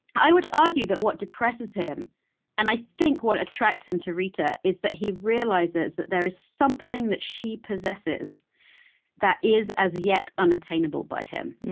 i would argue that what depresses him and, i think, what attracts him to rita is that he realizes that there is something that she possesses that is, as yet, unattainable by him.